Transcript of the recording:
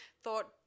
thought